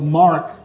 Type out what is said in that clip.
mark